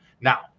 Now